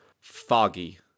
foggy